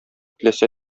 теләсә